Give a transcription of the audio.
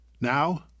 Now